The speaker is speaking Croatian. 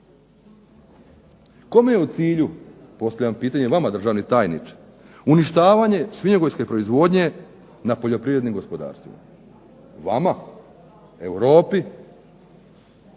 Kome je u cilju, postavljam pitanje vama državi tajniče, uništavanje svinjogojske proizvodnje na poljoprivrednim gospodarstvima? Vama, Europi,